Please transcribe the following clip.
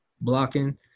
Blocking